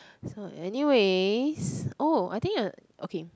so anyways oh I think uh okay